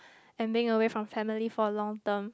aiming away from family for a long term